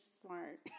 smart